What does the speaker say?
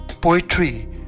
poetry